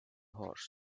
horse